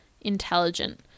intelligent